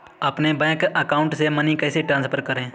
अपने bank account से money कैसे ट्रांसफर करें?